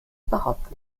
überhaupt